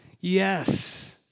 Yes